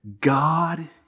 God